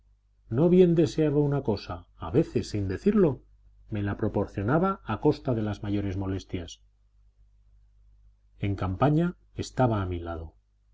no bien deseaba una cosa a veces sin decirlo me la proporcionaba a costa de las mayores molestias en campaña estaba a mi lado